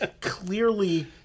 clearly